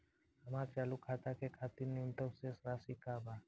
हमार चालू खाता के खातिर न्यूनतम शेष राशि का बा?